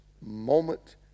moment